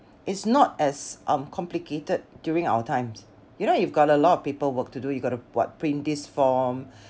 it's not as um complicated during our times you know you've got a lot of paperwork to do you got to what print this form